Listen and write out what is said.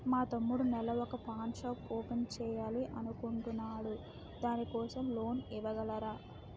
మా తమ్ముడు నెల వొక పాన్ షాప్ ఓపెన్ చేయాలి అనుకుంటునాడు దాని కోసం లోన్ ఇవగలరా?